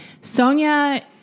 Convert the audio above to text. Sonia